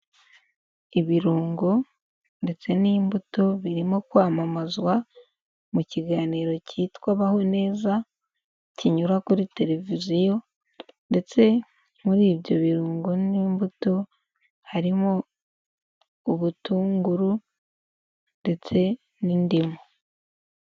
Ibirungo ndetse n'imbuto birimo kwamamazwa mu kiganiro cyitwa baho neza, kinyura kuri televiziyo ndetse muri ibyo birungo n'imbuto harimo ubutunguru ndetse n'indimu.